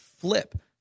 flip